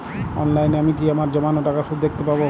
অনলাইনে আমি কি আমার জমানো টাকার সুদ দেখতে পবো?